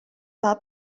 war